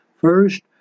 First